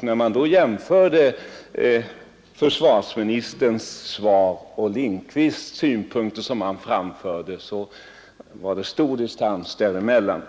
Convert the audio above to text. Då man jämförde försvarsministerns svar med de synpunkter som herr Lindkvist framförde fann man att det förelåg stor distans däremellan.